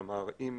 כלומר, אם